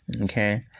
Okay